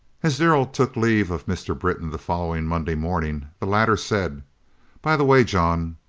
as darrell took leave of mr. britton the following monday morning the latter said by the way, john,